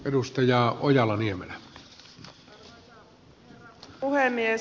arvoisa herra puhemies